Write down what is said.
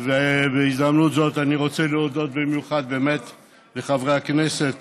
בהזדמנות זו אני רוצה להודות במיוחד לחברי הכנסת